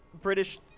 British